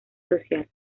social